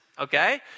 Okay